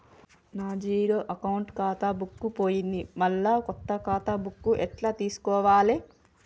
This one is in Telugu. నా జీరో అకౌంట్ ఖాతా బుక్కు పోయింది మళ్ళా కొత్త ఖాతా బుక్కు ఎట్ల తీసుకోవాలే?